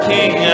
King